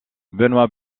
benoît